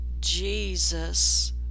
Jesus